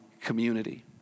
community